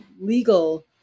legal